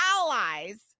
allies